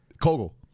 Kogel